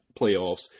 playoffs